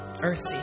earthy